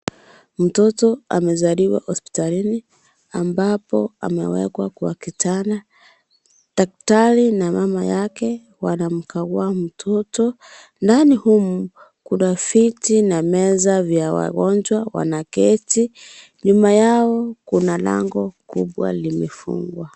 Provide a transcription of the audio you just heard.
Mtoto amezaliwa hospitalini, ambapo amewekwa kwa kitanda. Daktari na mama yake wanamkagua mtotoani huu kudafikti na meza viya wajonjwa, wanaketi. Nyuma yao kuna nangu kubwa limifungwa.